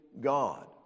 God